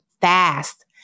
fast